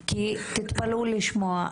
כי תתפלאו לשמוע,